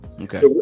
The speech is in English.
Okay